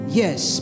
yes